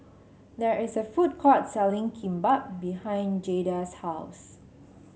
there is a food court selling Kimbap behind Jaida's house